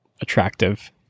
attractive